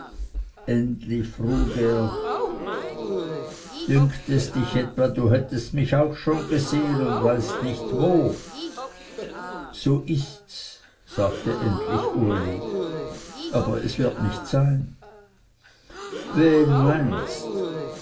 endlich frug er dünkt es dich etwa du hättest mich schon gesehen und weißt nicht wo so ists sagte endlich uli aber es wird nicht sein wen meinst